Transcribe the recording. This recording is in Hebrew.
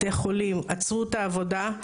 בתי חולים - עצרו את העבודה.